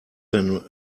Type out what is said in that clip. than